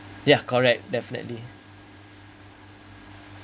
ya correct definitely